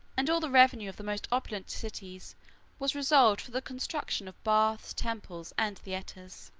and all the revenue of the most opulent cities was reserved for the construction of baths, temples, and theatres.